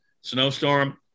snowstorm